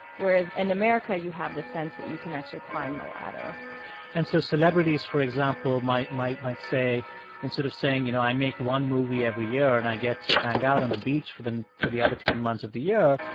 whereas in america, you have this sense that you can actually climb the ladder and so celebrities, for example, might might say instead of saying, you know, i make one movie every year and i get to hang out on the beach for the for the other ten months of the year,